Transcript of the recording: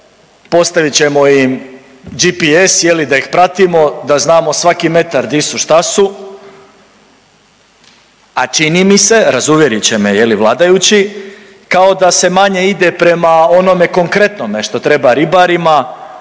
postavit ćemo im GPS da ih pratimo, da znamo svaki metar di su šta su, a čini mi se, razuvjerit će me je li vladajući, kao da se manje ide prema onome konkretnome što treba ribarima